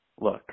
Look